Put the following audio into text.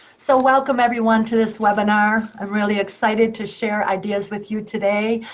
so welcome everyone to this webinar. i'm really excited to share ideas with you today.